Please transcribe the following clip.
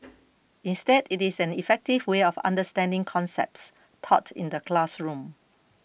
instead it is an effective way of understanding concepts taught in the classroom